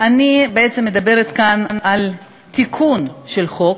אני בעצם מדברת כאן על תיקון של חוק